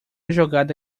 jogada